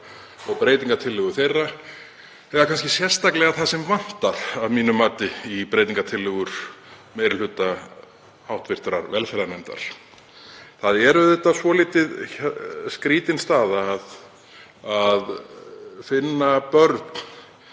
og breytingartillögu hans, eða kannski sérstaklega það sem vantar að mínu mati í breytingartillögur meiri hluta hv. velferðarnefndar. Það er auðvitað svolítið skrýtin staða að finna börn